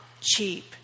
cheap